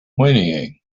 whinnying